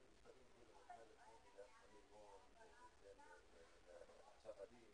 סעיף (2), שזה סעיף